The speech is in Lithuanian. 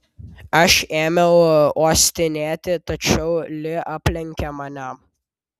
aš ėmiau uostinėti tačiau li aplenkė mane